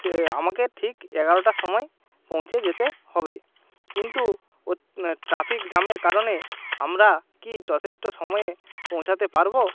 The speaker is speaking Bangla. সে আমাকে ঠিক এগারোটার সময় পৌঁছে যেতে হবে কিন্তু ও ট্রাফিক জ্যামের কারণে আমরা কি যথেষ্ট সময়ে পৌঁছাতে পারব